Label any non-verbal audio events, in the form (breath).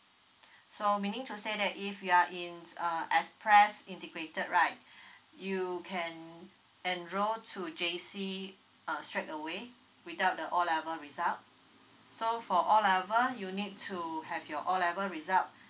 (breath) so meaning to say that if you are in s~ uh express integrated right (breath) you can enrol to J_C uh straight away without the O level result so for O level you'll need to have your O level result (breath)